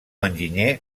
enginyer